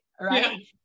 Right